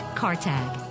cartag